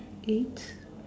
eight